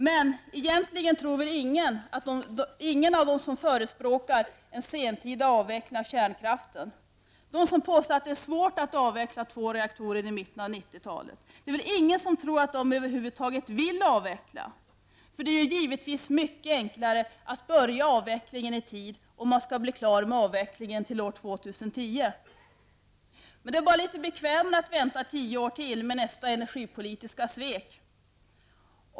Men egentligen tror väl ingen att de som förespråkar en sentida avveckling av kärnkraften, de som påstår att det är svårt att avveckla två reaktorer i mitten av 1990-talet, över huvud taget vill avveckla. Det är givetvis mycket enklare att börja avvecklingen i tid om man skall bli klar med avvecklingen till år 2010. Det är bara litet bekvämare att vänta tio år till med nästa energipolitiska svek.